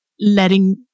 letting